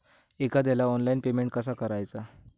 एखाद्याला online payment कसा करायचा?